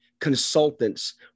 consultants